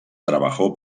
trabajó